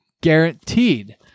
Guaranteed